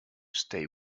stay